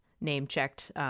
name-checked